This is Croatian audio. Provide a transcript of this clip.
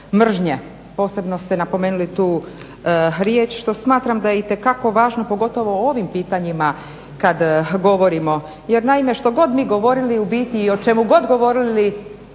mržnje. Posebno ste napomenuli tu riječ što smatram da je itekako važno pogotovo o ovim pitanjima kada govorimo jer naime što god mi govorili u biti i o čemu god govorili,